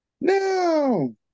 No